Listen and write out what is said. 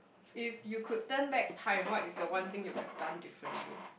if you could turn back time what is the one thing you will have done differently